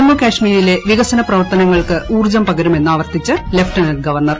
ജമ്മു കാശ്മീരിലെ വികസന്റ് പ്ലവ്ർത്തനങ്ങൾക്ക് ഊർജ്ജം പകരുമെന്ന് ആവ്ർത്തിച്ച് ലഫ്റ്റനന്റ് ഗവർണർ